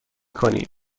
کنیم